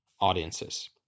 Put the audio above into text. audiences